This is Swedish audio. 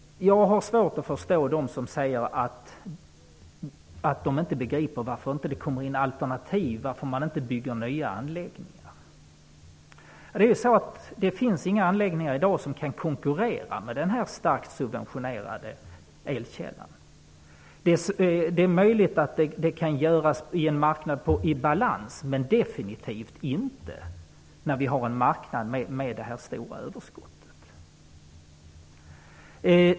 Jag har svårt att förstå dem som säger att de inte begriper att det inte kommer in alternativ och att man inte bygger nya anläggningar. Men det finns inga anläggningar i dag som kan konkurrera med denna starkt subventionerade elkälla. Det är möjligt att sådana kan åstadkommas med en marknad i balans men definitivt inte när vi har en marknad med detta stora överskott.